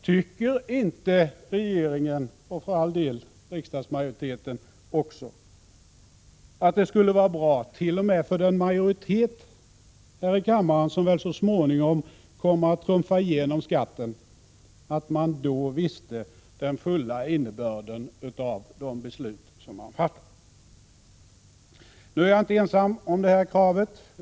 Tycker inte regeringen — och för all del också riksdagsmajoriteten — att det skulle vara bra t.o.m. för den majoritet här i kammaren som väl så småningom kommer att trumfa igenom skatten, att man då visste den fulla innebörden av de beslut man fattar? Nu är jag inte ensam om det här kravet.